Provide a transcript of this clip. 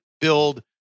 build